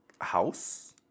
house